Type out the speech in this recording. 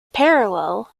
parallel